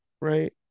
right